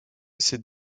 ses